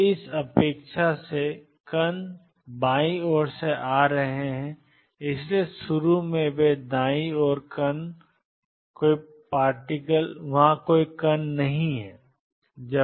तो इस अपेक्षा से कि कण बाईं ओर से आ रहे हैं इसलिए शुरू में वे दाईं ओर कोई कण नहीं हैं